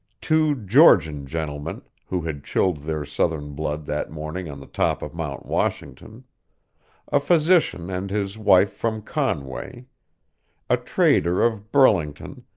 two georgian gentlemen, who had chilled their southern blood that morning on the top of mount washington a physician and his wife from conway a trader of burlington,